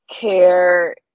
care